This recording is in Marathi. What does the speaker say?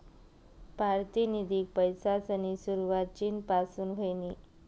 पारतिनिधिक पैसासनी सुरवात चीन पासून व्हयनी